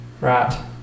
Right